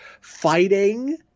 fighting